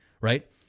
right